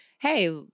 hey